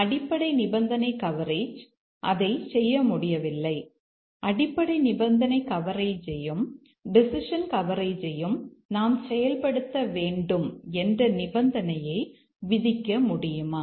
அடிப்படை நிபந்தனை கவரேஜ் அதைச் செய்ய முடியவில்லை அடிப்படை நிபந்தனை கவரேஜையும் டெசிஷன் கவரேஜையும் நாம் செயல்படுத்த வேண்டும் என்ற நிபந்தனையை விதிக்க முடியுமா